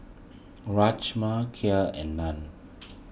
Rajma Kheer and Naan